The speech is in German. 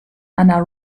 einer